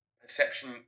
perception